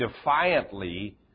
defiantly